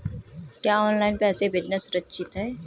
क्या ऑनलाइन पैसे भेजना सुरक्षित है?